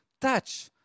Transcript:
touch